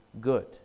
good